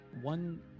one